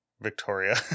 Victoria